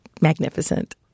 magnificent